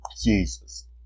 Jesus